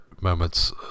moments